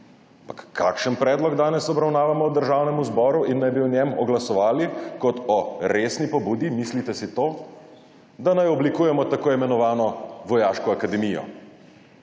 kakšen predlog danes obravnavamo v Državnem zboru in naj bi o njem glasovali kot o resni pobudi, mislite si to? Da naj oblikujemo tako imenovano vojaško akademijo.